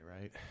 right